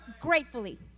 gratefully